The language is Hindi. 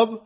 अब